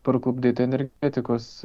parklupdyti energetikos